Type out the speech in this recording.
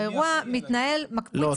האירוע מתנהל -- לא,